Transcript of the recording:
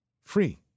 Free